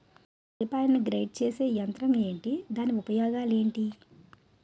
ఉల్లిపాయలను గ్రేడ్ చేసే యంత్రం ఏంటి? దాని ఉపయోగాలు ఏంటి?